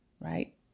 right